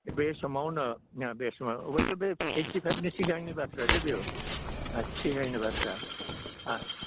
बे समावनो बे समाव अबसे बे एइटि फाइभनि सिगांनि बाथ्रा दै बेयो सिगांनि बाथ्रा